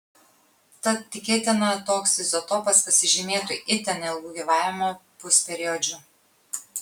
tad tikėtina toks izotopas pasižymėtų itin ilgu gyvavimo pusperiodžiu